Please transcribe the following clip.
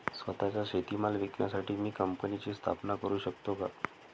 स्वत:चा शेतीमाल विकण्यासाठी मी कंपनीची स्थापना करु शकतो का?